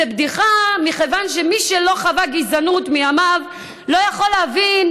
זאת בדיחה מכיוון שמי שלא חווה גזענות מימיו לא יכול להבין